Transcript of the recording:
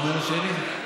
מה אומרת שלי?